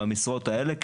במשרות האלה,